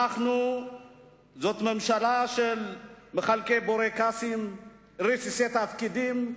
זאת ממשלה של מחלקי בורקסים, רסיסי תפקידים.